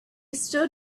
stood